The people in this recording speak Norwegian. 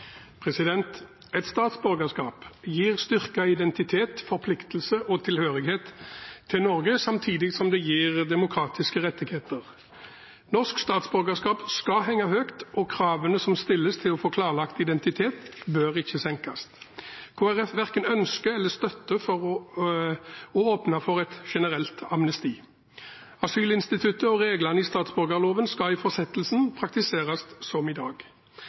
Et statsborgerskap gir styrket identitet, forpliktelse og tilhørighet til Norge samtidig som det gir demokratiske rettigheter. Norsk statsborgerskap skal henge høyt, og kravene som stilles til å få klarlagt identitet, bør ikke senkes. Kristelig Folkeparti verken ønsker eller støtter å åpne for et generelt amnesti. Asylinstituttet og reglene i statsborgerloven skal i fortsettelsen praktiseres som i dag.